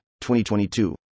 2022